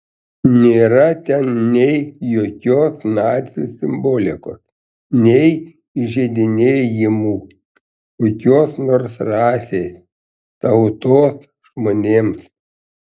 nėra ten nei jokios nacių simbolikos nei įžeidinėjimų kokios nors rasės tautos žmonėms